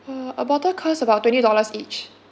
uh a bottle cost about twenty dollars each